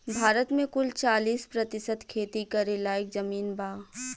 भारत मे कुल चालीस प्रतिशत खेती करे लायक जमीन बा